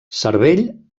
cervell